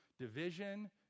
Division